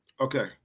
okay